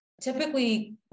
Typically